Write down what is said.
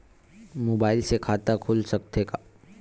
Mobile से खाता खुल सकथे का?